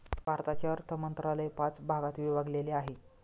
भारताचे अर्थ मंत्रालय पाच भागात विभागलेले आहे